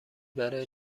برای